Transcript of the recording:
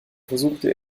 versuchte